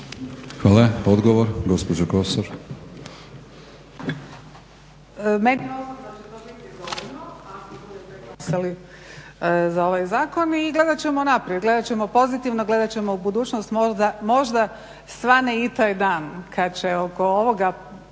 Hvala. Odgovor gospođa Kosor.